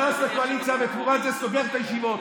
נכנס לקואליציה ובתמורת זה סוגר את הישיבות,